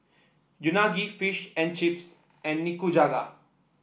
Unagi Fish and Chips and Nikujaga